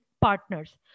partners